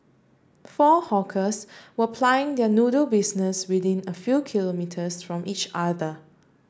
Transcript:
four hawkers were plying their noodle business within a few kilometres from each other